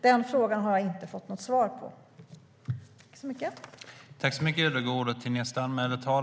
Den frågan har jag inte fått något svar på.